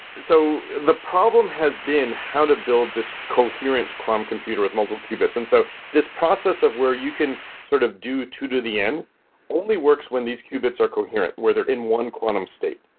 so the problem has been how to build this coherent quantum computer with multiple qubits. and so this process of where you can sort of do two to the n only works when these qubits are coherent, where they're in one quantum state.